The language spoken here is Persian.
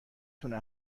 تونه